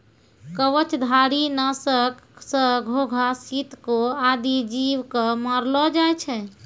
कवचधारी? नासक सँ घोघा, सितको आदि जीव क मारलो जाय छै